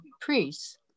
priests